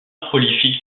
prolifique